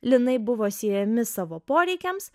linai buvo siejami savo poreikiams